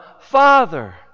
Father